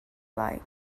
like